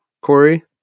Corey